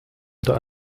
unter